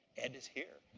ed is here.